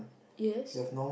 yes